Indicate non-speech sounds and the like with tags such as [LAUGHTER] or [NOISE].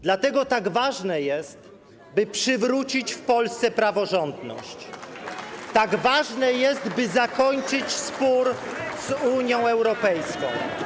Dlatego tak ważne jest, by przywrócić w Polsce praworządność, [APPLAUSE] tak ważne jest, by zakończyć spór z Unią Europejską.